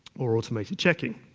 or automated checking.